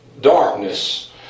darkness